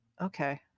Okay